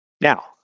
Now